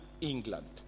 England